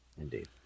Indeed